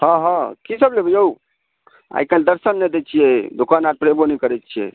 हँ हँ की सभ लेबै यौ आइकाल्हि दर्शन नहि दै छियै दोकान आर पर एबो नहि करैत छियै